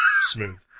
Smooth